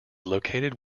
located